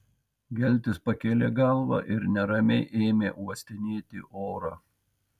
geltis pakėlė galvą ir neramiai ėmė uostinėti orą